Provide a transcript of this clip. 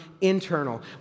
internal